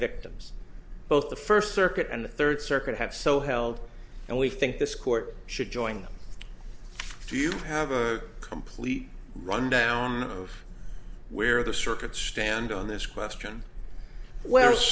victims both the first circuit and the third circuit have so held and we think this court should join them do you have a complete rundown of where the circuits stand on this question whe